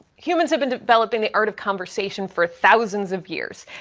humans have been developing the art of conversation for thousands of years.